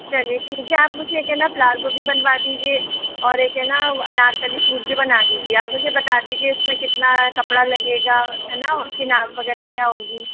चलिए ठीक है आप मुझे एक है ना पलाजो भी बनवा दीजिए और एक है न अनार्कली सूट बना दीजिए आप मुझे बता दीजिए इसमें कितना कपड़ा लगेगा है न उसकी नाप वगैरह क्या होगी